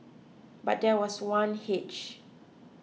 but there was one hitch